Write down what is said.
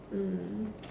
mm